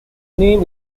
name